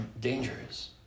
dangerous